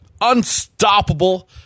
unstoppable